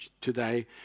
today